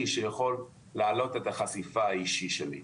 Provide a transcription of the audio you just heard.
שיכולה להעלות את החשיפה האישית שלי,